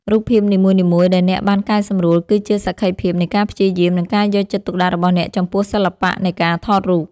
រូបភាពនីមួយៗដែលអ្នកបានកែសម្រួល គឺជាសក្ខីភាពនៃការព្យាយាម និងការយកចិត្តទុកដាក់របស់អ្នកចំពោះសិល្បៈនៃការថតរូប។